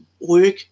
work